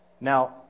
Now